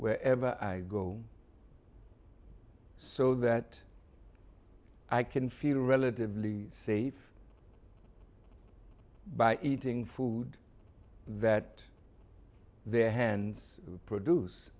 wherever i go so that i can feel relatively safe by eating food that their hands produce